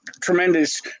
tremendous